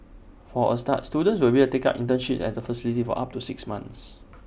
for A start students will be able to take up internships at the facility for up to six months